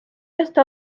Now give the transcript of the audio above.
está